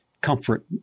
comfort